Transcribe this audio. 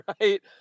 right